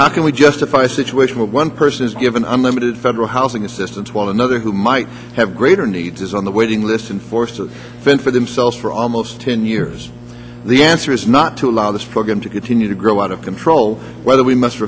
how can we justify a situation where one person is given unlimited federal housing assistance while another who might have greater needs is on the waiting list and force of fend for themselves for almost ten years the answer is not to allow this program to continue to grow out of control whether we must